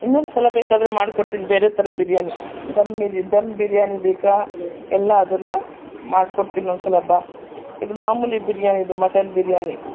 ಇನ್ನೊಂದ್ಸಲ ಬೇಕಾದರೆ ಮಾಡ್ಕೊಡ್ತೀನಿ ಬೇರೆ ಥರ ಬಿರಿಯಾನಿ ಧಮ್ ಬಿರ್ಯಾ ಧಮ್ ಬಿರಿಯಾನಿ ಬೇಕಾ ಎಲ್ಲ ಅದನ್ನು ಮಾಡ್ಕೊಡ್ತೀನಿ ಇನ್ನೊಂದ್ಸಲ ಬಾ ಇದು ಮಾಮೂಲಿ ಬಿರಿಯಾನಿ ಇದು ಮಟನ್ ಬಿರಿಯಾನಿ